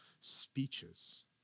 speeches